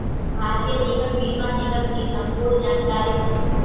भारतीय जीवन बीमा निगम की संपूर्ण जानकारी दें?